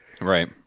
right